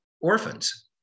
orphans